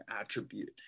attribute